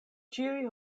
ĉiuj